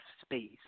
space